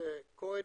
כהן,